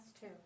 two